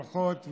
ברכות.